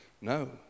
no